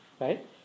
right